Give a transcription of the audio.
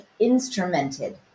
instrumented